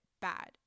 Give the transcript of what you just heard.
bad